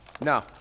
No